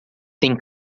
tem